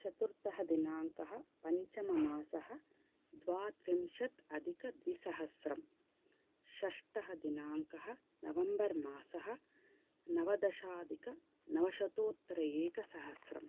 चतुर्थदिनाङ्कः पञ्चममासः द्वात्रिंशद् अधिकद्विहस्रं षष्टः दिनाङ्कः नवेम्बर् मासः नवदशाधिकनवशतोत्तर एकसहस्रं